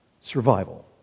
survival